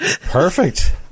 Perfect